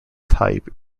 type